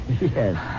Yes